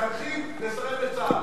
מחנכים לסרב לצה"ל.